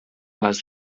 les